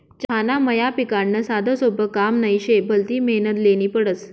चहाना मया पिकाडनं साधंसोपं काम नही शे, भलती मेहनत ल्हेनी पडस